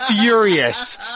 furious